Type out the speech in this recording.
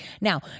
Now